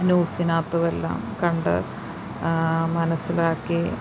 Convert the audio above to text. ന്യൂസിനകത്തുമെല്ലാം കണ്ടു മനസ്സിലാക്കി